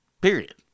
Period